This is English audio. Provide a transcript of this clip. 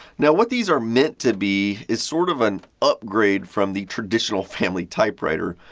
now, what these are meant to be is sort of an upgrade from the traditional family typewriter.